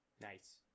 Nice